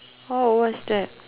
oh what's that